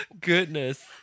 Goodness